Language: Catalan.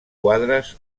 quadres